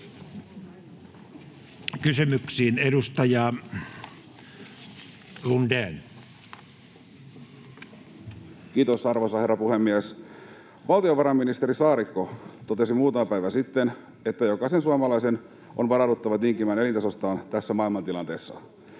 Kysymyksiin. — Edustaja Lundén. Kiitos, arvoisa herra puhemies! Valtiovarainministeri Saarikko totesi muutama päivä sitten, että jokaisen suomalaisen on varauduttava tinkimään elintasostaan tässä maailmantilanteessa.